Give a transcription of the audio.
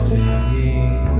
Singing